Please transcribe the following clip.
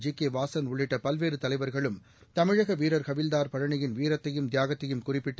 ஜிகேவாசன் உள்ளிட்ட பல்வேறு தலைவர்களும் தமிழக வீரர் ஹவில்தார் பழனியின் வீரத்தையும் தியாகத்தையும் குறிப்பிட்டு